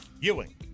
ewing